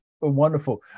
Wonderful